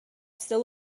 still